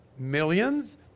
Millions